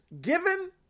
given